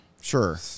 Sure